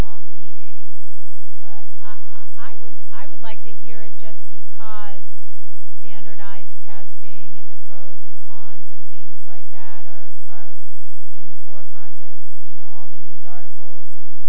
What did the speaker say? long meeting i would i would like to hear it just because standardized testing and the pros and cons and things like that are are in the forefront and you know all the news articles